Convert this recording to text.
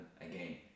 again